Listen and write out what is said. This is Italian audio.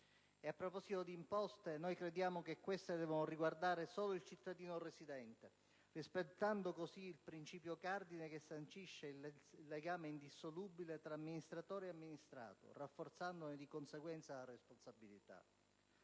E, a proposito di imposte, crediamo che queste debbano riguardare solo il cittadino residente, rispettando così il principio cardine che sancisce il legame indissolubile tra amministratore e amministrato, rafforzandone di conseguenza la responsabilità.